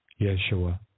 Yeshua